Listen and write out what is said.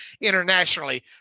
internationally